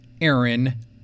Aaron